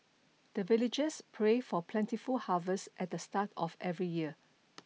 the villagers pray for plentiful harvest at the start of every year